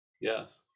Yes